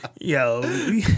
yo